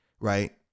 right